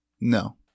No